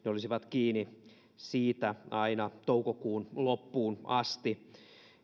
ne olisivat kiinni siitä aina toukokuun loppuun asti